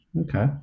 okay